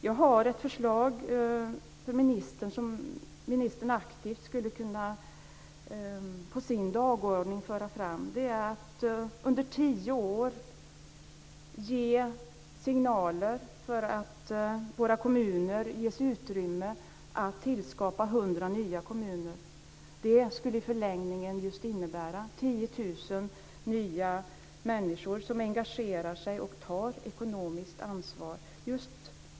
Jag har ett förslag till ministern som ministern aktivt skulle kunna föra fram på sin dagordning. Det är att under tio år ge signaler om att våra kommuner ges utrymme för att skapa 100 nya kommuner. Det skulle i förlängningen innebära 10 000 nya människor som engagerar sig och tar ekonomiskt ansvar.